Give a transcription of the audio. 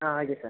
ah okay sir